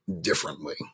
differently